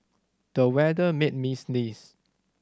the weather made me sneeze